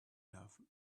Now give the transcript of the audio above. love